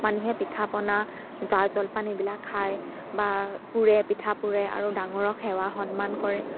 মানুহে পিঠা পনা জা জলপান এইবিলাক খায় বা পুৰে পিঠা পুৰে আৰু ডাঙৰক সেৱা সন্মান কৰে